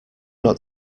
not